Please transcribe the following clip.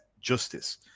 justice